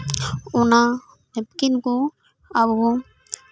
ᱚᱱᱟ ᱱᱮᱯᱴᱤᱱ ᱠᱚ ᱟᱵᱚ